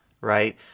right